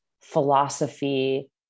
philosophy